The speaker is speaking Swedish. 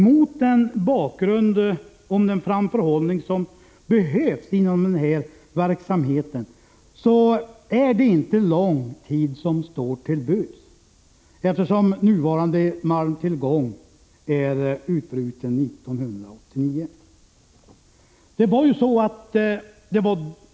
Mot bakgrund av den framförhållning som behövs inom den här verksamheten står inte lång tid till buds, eftersom nuvarande malmtillgång är utbruten 1989.